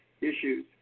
issues